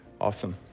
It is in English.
Awesome